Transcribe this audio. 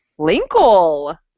Linkle